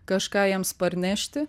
kažką jiems parnešti